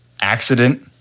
accident